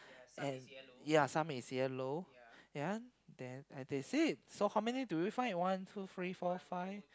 and ya some is yellow ya then and that's it so many do we find one two three four five